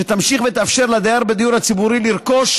שתמשיך ותאפשר לדייר בדיור הציבורי לרכוש